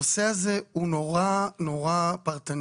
הנושא הזה הוא מאוד מאוד פרטני.